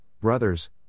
Brothers